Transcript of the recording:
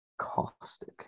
Caustic